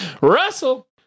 Russell